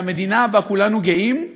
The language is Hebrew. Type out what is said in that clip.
שהמדינה שבה כולנו גאים,